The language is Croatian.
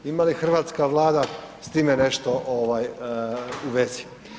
Ima li hrvatska Vlada s time nešto u vezi?